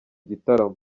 gitaramo